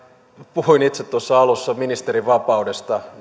puhuin itse tuossa alussa ministerin vapaudesta